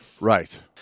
Right